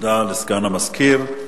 תודה לסגן המזכירה.